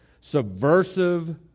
subversive